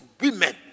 women